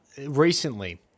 recently